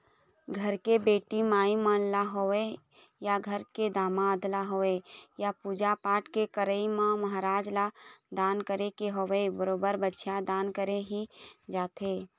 घर के बेटी माई मन ल होवय या घर के दमाद ल होवय या पूजा पाठ के करई म महराज ल दान करे के होवय बरोबर बछिया दान करे ही जाथे